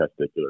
testicular